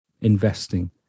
investing